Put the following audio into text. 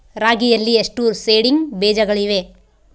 ರಾಗಿಯಲ್ಲಿ ಎಷ್ಟು ಸೇಡಿಂಗ್ ಬೇಜಗಳಿವೆ?